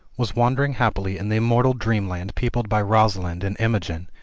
was wandering happily in the immortal dreamland peopled by rosalind and imogen,